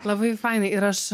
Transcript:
labai fainai ir aš